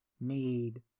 need